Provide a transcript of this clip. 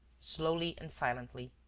slowly and silently.